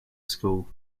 school